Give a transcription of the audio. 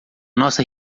nossa